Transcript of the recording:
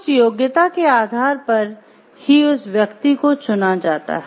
उस योग्यता के आधार पर ही उस व्यक्ति को चुना जाता है